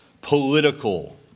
political